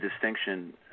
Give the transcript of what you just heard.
distinction